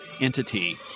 entity